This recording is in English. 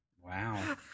Wow